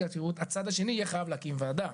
הצד השני יהיה חייב להקים וועדה.